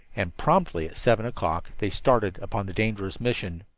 and promptly at seven o'clock they started upon the dangerous mission.